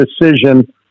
decision